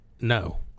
no